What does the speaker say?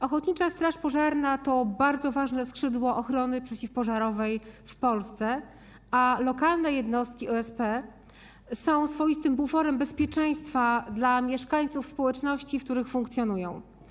Ochotnicza straż pożarna to bardzo ważne skrzydło ochrony przeciwpożarowej w Polsce, a lokalne jednostki OSP są swoistym buforem bezpieczeństwa dla mieszkańców społeczności, w których funkcjonują.